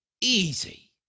easy